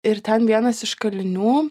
ir ten vienas iš kalinių